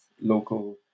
local